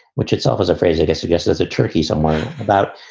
which itself is a phrase that i suggest as a turkey somewhere about